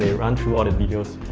yeah run through all the videos,